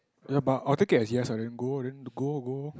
ya but I'll take it as yes ah then go lor then go lor go lor